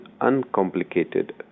uncomplicated